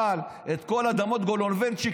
אבל את כל אדמות גולובנציץ,